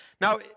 Now